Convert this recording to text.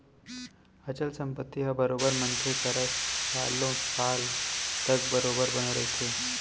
अचल संपत्ति ह बरोबर मनखे करा सालो साल तक बरोबर बने रहिथे